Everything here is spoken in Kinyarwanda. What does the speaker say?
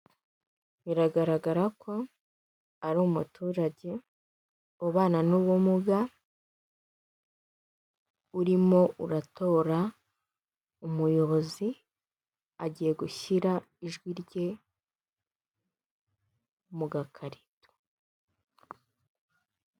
Biragaragara ko ari umuturage ubana n'ubumuga, urimo uratora umuyobozi, agiye gushyira ijwi rye mu gakarito.